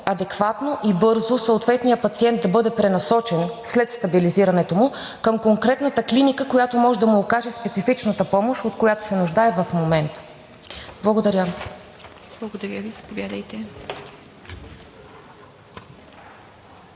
адекватно и бързо съответният пациент да бъде пренасочен след стабилизирането към конкретната клиника, която може да му окаже специфичната помощ, от която се нуждае в момента? Благодаря. ПРЕДСЕДАТЕЛ ИВА